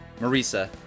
Marisa